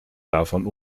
davon